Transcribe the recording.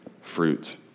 fruit